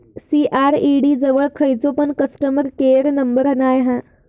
CRED जवळ खयचो पण कस्टमर केयर नंबर नाय हा